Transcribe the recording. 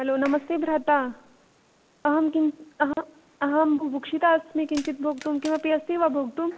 hello नमस्ते भ्राता अहं किम् अहं अहं बुभुक्षिता अस्मि किञ्चित् भोक्तुं किमपि अस्ति वा भोक्तुं